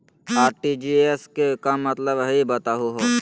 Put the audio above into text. RTGS के का मतलब हई, बताहु हो?